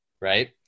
Right